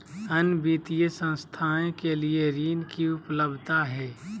अन्य वित्तीय संस्थाएं के लिए ऋण की उपलब्धता है?